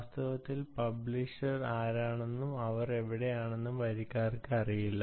വാസ്തവത്തിൽ പബ്ലിഷേർ ആരാണെന്നും അവർ എവിടെയാണെന്നും വരിക്കാർക്ക് അറിയില്ല